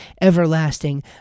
everlasting